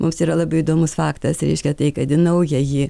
mums yra labai įdomus faktas reiškia tai kad į naująjį